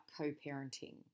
co-parenting